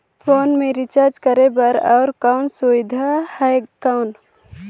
Phone मे recharge करे बर और कोनो सुविधा है कौन?